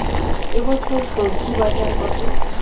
এ বছর স্বজি বাজার কত?